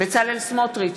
בצלאל סמוטריץ,